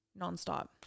nonstop